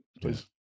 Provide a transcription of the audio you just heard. please